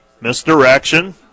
misdirection